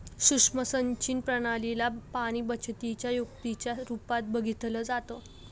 सुक्ष्म सिंचन प्रणाली ला पाणीबचतीच्या युक्तीच्या रूपात बघितलं जातं